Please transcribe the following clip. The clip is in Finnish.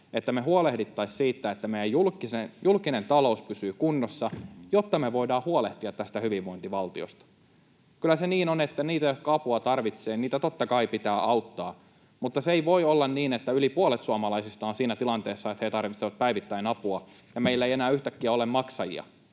että me huolehdittaisiin siitä, että meidän julkinen talous pysyy kunnossa, jotta me voidaan huolehtia tästä hyvinvointivaltiosta. Kyllä se niin on, että niitä, jotka apua tarvitsevat, totta kai pitää auttaa, mutta se ei voi olla niin, että yli puolet suomalaisista on siinä tilanteessa, että he tarvitsevat päivittäin apua, ja meillä ei enää yhtäkkiä ole maksajia,